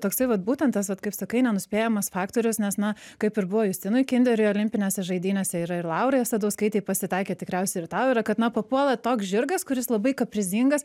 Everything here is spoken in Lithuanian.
toksai vat būtent tas vat kaip sakai nenuspėjamas faktorius nes na kaip ir buvo justinui kinderiui olimpinėse žaidynėse yra ir laurai asadauskaitei pasitaikę tikriausiai ir tau yra kad na papuola toks žirgas kuris labai kaprizingas